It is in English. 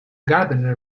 gardener